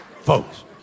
folks